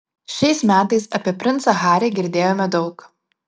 šiais metais apie princą harį girdėjome daug